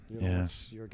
Yes